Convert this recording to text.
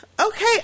Okay